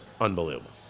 unbelievable